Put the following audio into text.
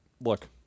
look